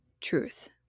truth